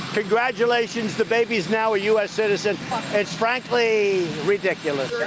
congratulations the baby's now a us citizen and frankly ridiculous.